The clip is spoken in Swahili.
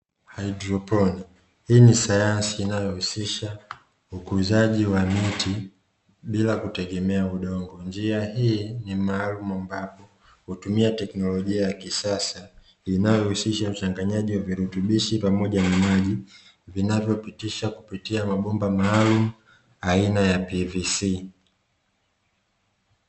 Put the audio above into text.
Haidroponi hii ni sayansi inayohusisha ukuzaji wa miti bila kutegemea udongo, njia hii ni maalumu ambapo hutumia teknolojia ya kisasa inayohusisha uchanganyaji wa virutubishi pamoja na maji vinavyopitisha kupitia mabomba maalumu aina ya ¨PVC¨.